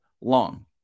long